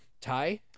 Ty